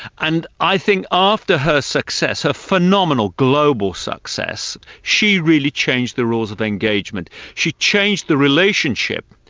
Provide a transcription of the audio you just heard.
and i think after her success, her phenomenal global success, she really changed the rules of engagement. she changed the relationship